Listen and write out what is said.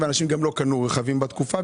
ואנשים גם לא קנה רכבים בתקופה,